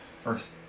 First